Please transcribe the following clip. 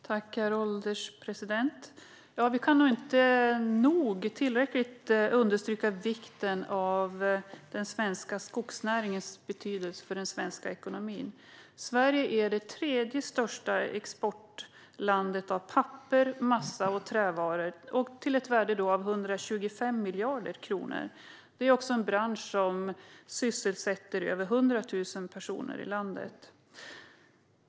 Herr ålderspresident! Vi kan inte nog understryka den svenska skogsnäringens betydelse för den svenska ekonomin. Sverige är det tredje största exportlandet vad gäller papper, massa och trävaror, och värdet är 125 miljarder kronor. Det är en bransch som sysselsätter över 100 000 personer i landet.